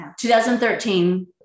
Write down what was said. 2013